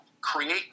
create